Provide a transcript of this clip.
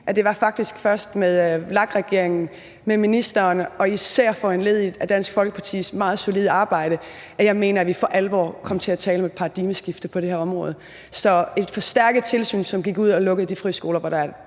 at det faktisk først var med VLAK-regeringen, med ministeren, og især foranlediget af Dansk Folkepartis meget solide arbejde – mener jeg – at vi for alvor kom til at tale om et paradigmeskifte på det her område, altså et forstærket tilsyn, som gik ud og lukkede de friskoler, hvor der var